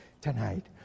tonight